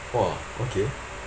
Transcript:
!wah! okay